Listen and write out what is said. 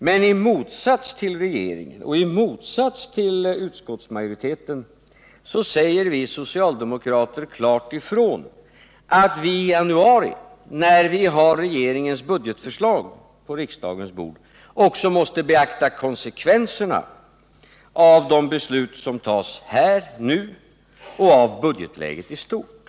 Men i motsats till regeringen och i motsats till utskottsmajoriteten säger vi socialdemokrater klart ifrån att vi i januari, när vi har regeringens budgetförslag på riksdagens bord, också måste beakta konsekvenserna av de beslut som tas här nu och av budgetläget i stort.